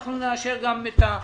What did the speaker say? אנחנו נאשר גם את התוספת.